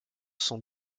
sont